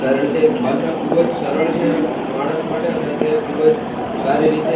કારણ તે ભાષા ખૂબ જ સરળ છે માણસ માટે અને તે ખૂબ જ સારી રીતે